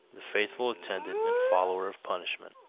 the faithful attendant and follower of punishment.